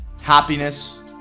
happiness